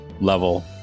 level